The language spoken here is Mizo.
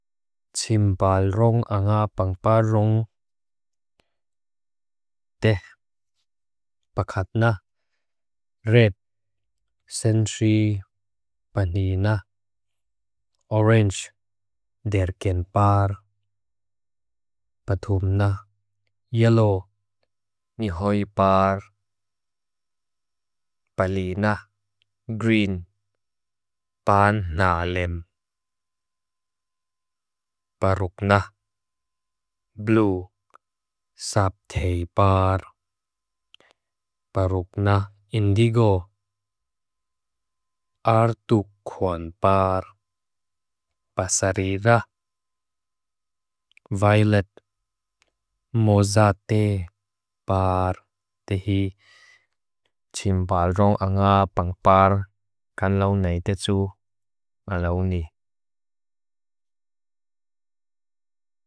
Chimbalrong anga pangparrong teh. Pakatna Red, Senshi, Panina Orange, Derkenpar Patumna, Yellow Nihoypar, Palina Green, Pannalem Parukna Blue. Sabteypar Parukna Indigo, Artukhonpar Basarira Violet. Mozateypar Tehi Chimbalrong, anga pangparr Kanlaunaitetsu Malauni.